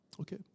Okay